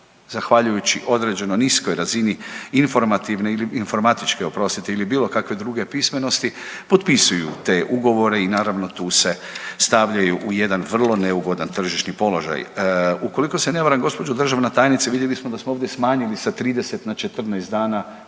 zahvaljujući određenoj niskoj razini informativne informatičke oprostite ili bilo kakve druge pismenosti, potpisuju te ugovore i naravno tu se stavljaju u jedan vrlo neugodan tržišni položaj. Ukoliko se ne varam gospođo državna tajnice vidjeli smo da smo ovdje smanjili sa 30 na 14 dana